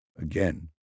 again